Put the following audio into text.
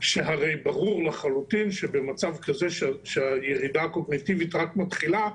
שהרי ברור לחלוטין שבמצב כזה שהירידה הקוגניטיבית רק מתחילה,